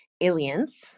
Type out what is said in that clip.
aliens